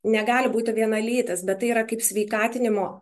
negali būti vienalytis bet tai yra kaip sveikatinimo